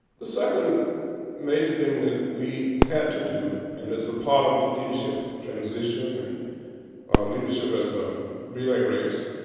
the second major thing that we had to do and is a part of the leadership transition and leadership as a relay race,